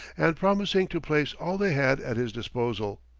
and promising to place all they had at his disposal.